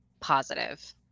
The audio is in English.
positive